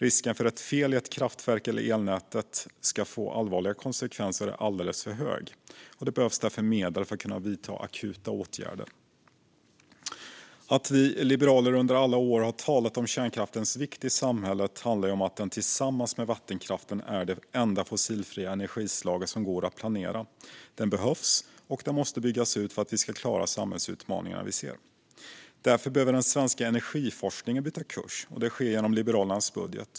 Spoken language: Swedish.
Risken för att ett fel i ett kraftverk eller i elnätet ska få allvarliga konsekvenser är alldeles för hög. Det behövs därför medel för att kunna vidta akuta åtgärder. Att vi liberaler under alla år har talat om kärnkraftens vikt i samhället handlar om att den tillsammans med vattenkraften är det enda fossilfria energislag som går att planera. Den behövs, och den måste byggas ut för att vi ska klara de samhällsutmaningar vi ser. Därför behöver den svenska energiforskningen byta kurs, och det sker genom Liberalernas budget.